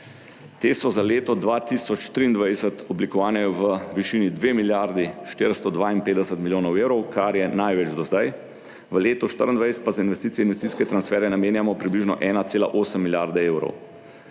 Te so za leto 2023 oblikovane v višini 2 milijardi 452 milijonov evrov, kar je največ do zdaj. V letu 2024 pa za investicije in investicijske transfere namenjamo približno 1,8 milijarde evrov.